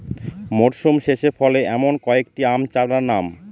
মরশুম শেষে ফলে এমন কয়েক টি আম চারার নাম?